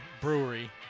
Brewery